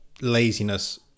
laziness